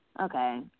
Okay